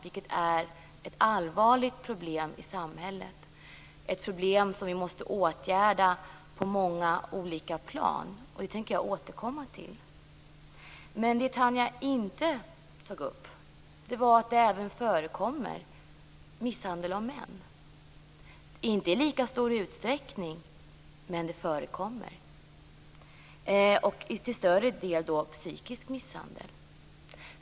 Det är ett allvarligt problem i samhället, ett problem som vi måste åtgärda på många olika plan, och det tänker jag återkomma till. Men det Tanja Linderborg inte tog upp är att det även förekommer misshandel av män - inte i lika stor utsträckning, men det förekommer. Det är till större del psykisk misshandel.